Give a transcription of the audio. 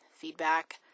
feedback